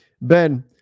Ben